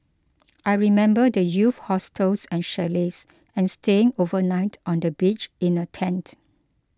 I remember the youth hostels and chalets and staying overnight on the beach in a tent